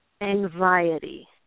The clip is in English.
anxiety